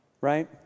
right